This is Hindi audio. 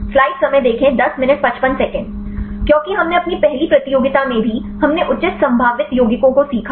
क्योंकि हमने पहली प्रतियोगिता में भी हमने उचित संभावित यौगिकों को सीखा